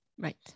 right